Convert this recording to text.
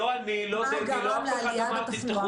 זה חינוך לא פחות מאשר